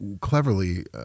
cleverly